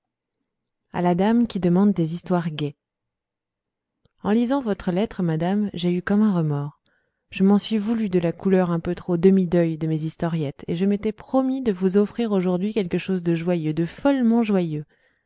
à la dame qui demande des histoires gaies en lisant votre lettre madame j'ai eu comme un remords je m'en suis voulu de la couleur un peu trop demi-deuil de mes historiettes et je m'étais promis de vous offrir aujourd'hui quelque chose de joyeux de follement joyeux